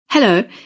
Hello